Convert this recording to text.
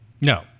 no